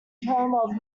term